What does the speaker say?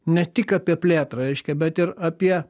ne tik apie plėtrą reiškia bet ir apie